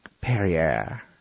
Perrier